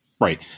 right